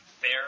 fair